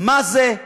מה זה,